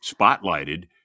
spotlighted